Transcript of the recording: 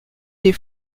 des